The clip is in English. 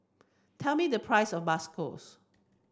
tell me the price of Bakso